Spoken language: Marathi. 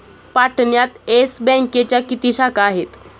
पाटण्यात येस बँकेच्या किती शाखा आहेत?